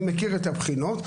אני מכיר את הבחינות.